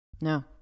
no